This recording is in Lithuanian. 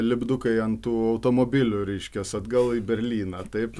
lipdukai ant tų automobilių reiškias atgal į berlyną taip